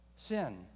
Sin